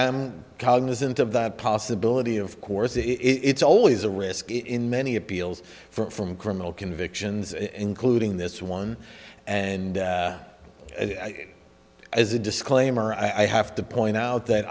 am cognizant of that possibility of course it's always a risk in many appeals for from criminal convictions including this one and as a disclaimer i have to point out that